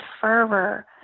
fervor